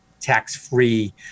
tax-free